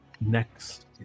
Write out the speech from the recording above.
Next